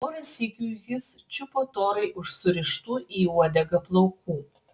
porą sykių jis čiupo torai už surištų į uodegą plaukų